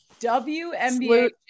WNBA